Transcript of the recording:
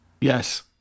Yes